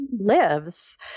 lives